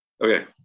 Okay